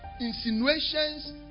insinuations